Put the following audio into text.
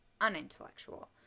unintellectual